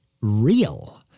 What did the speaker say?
real